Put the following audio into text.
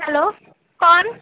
hello कौन